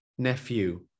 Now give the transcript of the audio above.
nephew